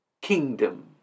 Kingdom